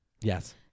Yes